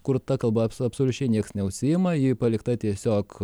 kur ta kalba absoliučiai nieks neužsiima ji palikta tiesiog